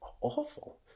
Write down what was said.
awful